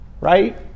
Right